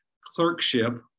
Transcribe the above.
clerkship